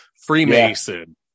Freemason